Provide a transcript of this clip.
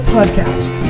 Podcast